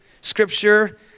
scripture